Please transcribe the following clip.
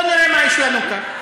בואו נראה מה יש לנו כאן: